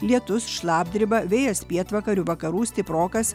lietus šlapdriba vėjas pietvakarių vakarų stiprokas